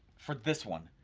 for this one.